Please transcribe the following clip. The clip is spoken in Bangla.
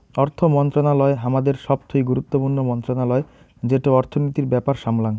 অর্থ মন্ত্রণালয় হামাদের সবথুই গুরুত্বপূর্ণ মন্ত্রণালয় যেটো অর্থনীতির ব্যাপার সামলাঙ